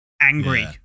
angry